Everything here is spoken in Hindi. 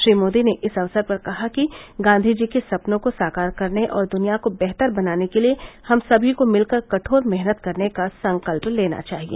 श्री मोदी ने इस अक्सर पर कहा कि गांधीजी के सपनों को साकार करने और दुनिया को वेहतर बनाने के लिए हम समी को मिलकर कठोर मेहनत करने का संकल्प लेना चाहिए